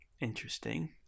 Interesting